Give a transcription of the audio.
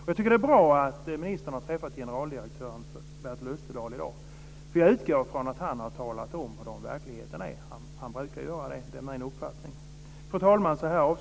Jag tycker att det är bra att ministern i dag har träffat generaldirektör Bertel Österdahl, för jag utgår från att denne har talat om hurdan verkligheten är. Det är min uppfattning att han brukar göra det.